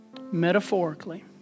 Metaphorically